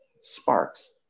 sparks